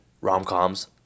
rom-coms